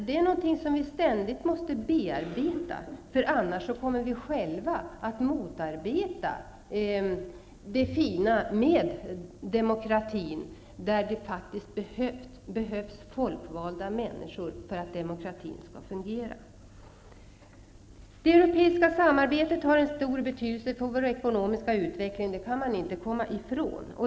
Det är något som vi ständigt måste bearbeta, annars kommer vi själva att motarbeta det fina med demokratin, i vilken det faktiskt behövs folkvalda människor för att demokratin skall fungera. Det europeiska samarbetet har en stor betydelse för vår ekonomiska utveckling, och det kan man inte komma ifrån.